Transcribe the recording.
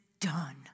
done